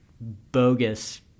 bogus